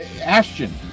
Ashton